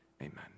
amen